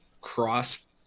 cross